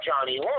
Johnny